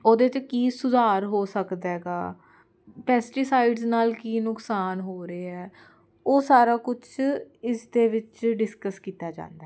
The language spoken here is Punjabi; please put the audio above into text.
ਉਹਦੇ 'ਚ ਕੀ ਸੁਧਾਰ ਹੋ ਸਕਦਾ ਹੈਗਾ ਪੈਸਟੀਸਾਈਡਸ ਨਾਲ ਕੀ ਨੁਕਸਾਨ ਹੋ ਰਹੇ ਹੈ ਉਹ ਸਾਰਾ ਕੁਝ ਇਸ ਦੇ ਵਿੱਚ ਡਿਸਕਸ ਕੀਤਾ ਜਾਂਦਾ